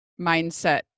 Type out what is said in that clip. mindset